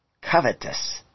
covetous